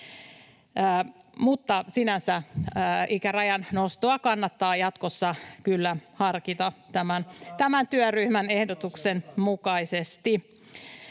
mutta sinänsä ikärajan nostoa kannattaa jatkossa kyllä harkita tämän työryhmän ehdotuksen mukaisesti.